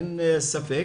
אין ספק,